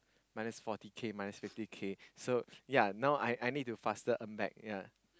minus forty K minus fifty K so ya now I I need to faster earn back ya